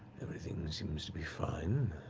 everything seems to be fine.